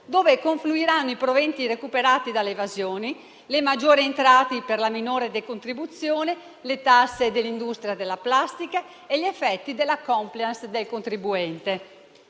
dove confluiranno i proventi recuperati dall'evasione, le maggiori entrate per la minore decontribuzione, le tasse dell'industria della plastica e gli effetti della *compliance* del contribuente.